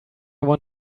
want